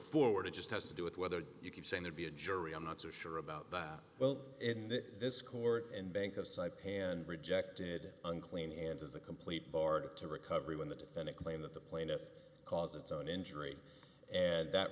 forward it just has to do with whether you keep saying there be a jury i'm not so sure about that well in this court and bank of cyprus and rejected unclean hands is a complete bar to recovery when the defendant claimed that the plaintiff cause its own injury and that